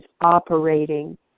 operating